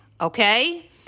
okay